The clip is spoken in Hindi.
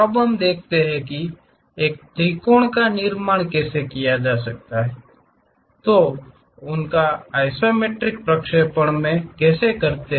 अब हम देखते हैं कि एक त्रिकोण का निर्माण कैसे किया जाता है और उनका आइसोमेट्रिक प्रक्षेपण क्या हैं